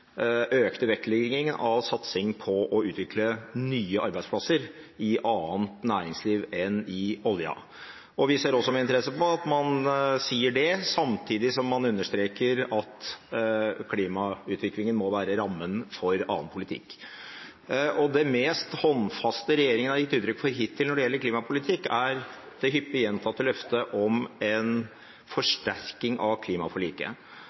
økte vektleggingen av satsingen på å utvikle nye arbeidsplasser i annet næringsliv enn i oljesektoren. Vi ser også med interesse på at man sier det, samtidig som man understreker at klimautviklingen må være rammen for annen politikk. Og det mest håndfaste regjeringen har gitt uttrykk for hittil når det gjelder klimapolitikk, er det hyppig gjentatte løftet om en forsterkning av klimaforliket.